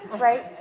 right,